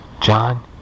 John